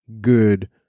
good